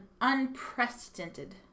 unprecedented